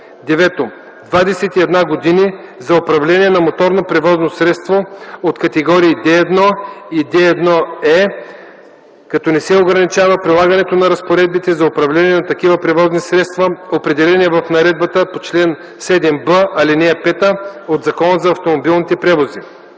и една години – за управление на моторно превозно средство от категории D1 и D1E, като не се ограничава прилагането на разпоредбите за управление на такива превозни средства, определени в наредбата по чл. 7б, ал. 5 от Закона за автомобилните превози;